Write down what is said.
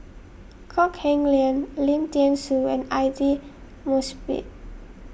Kok Heng Leun Lim thean Soo and Aidli Mosbit